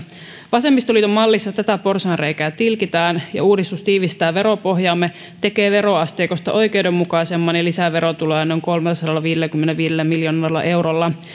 vasemmistoliiton mallissa tätä porsaanreikää tilkitään ja uudistus tiivistää veropohjaamme tekee veroasteikosta oikeudenmukaisemman ja lisää verotuloja noin kolmellasadallaviidelläkymmenelläviidellä miljoonalla eurolla